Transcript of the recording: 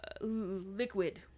liquid